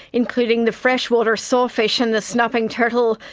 including the freshwater sawfish and the snapping turtle,